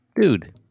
Dude